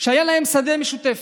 ולהם שדה משותף.